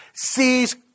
sees